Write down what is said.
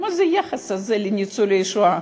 מה זה היחס הזה לניצולי שואה?